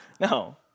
No